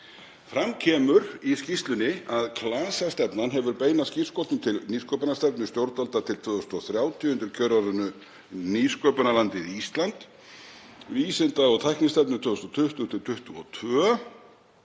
Fram kemur í skýrslunni að klasastefnan hefur beina skírskotun til nýsköpunarstefnu stjórnvalda til 2030 undir kjörorðinu Nýsköpunarlandið Ísland, Vísinda- og tæknistefnu 2020–2022